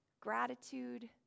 gratitude